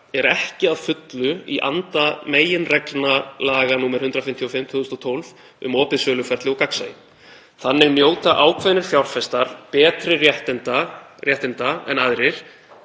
er ekki að fullu í anda meginregla laga nr. 155/2012 um opið söluferli og gagnsæi. Þannig njóta ákveðnir fjárfestar betri réttinda en aðrir